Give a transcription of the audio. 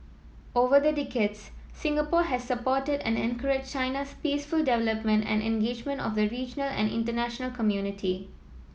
over the decades Singapore has supported and encouraged China's peaceful development and engagement of the regional and international community